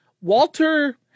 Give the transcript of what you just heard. Walter